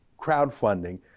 crowdfunding